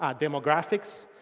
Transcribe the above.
ah demographics,